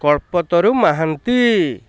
Kalpataru Mohanty